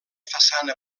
façana